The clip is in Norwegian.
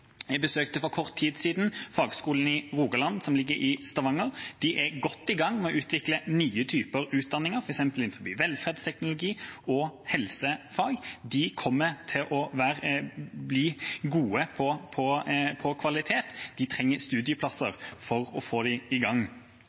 Jeg besøkte for kort tid siden Fagskolen Rogaland, som ligger i Stavanger. De er godt i gang med å utvikle nye typer utdanning, f.eks. innenfor velferdsteknologi og helsefag. De kommer til å bli gode på kvalitet. De trenger studieplasser for å få det i gang.